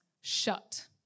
shut